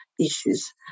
issues